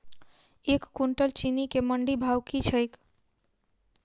एक कुनटल चीनी केँ मंडी भाउ की छै?